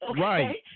Right